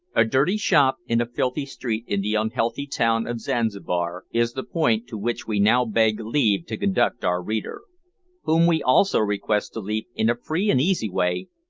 a dirty shop, in a filthy street in the unhealthy town of zanzibar, is the point to which we now beg leave to conduct our reader whom we also request to leap, in a free and easy way,